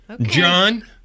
John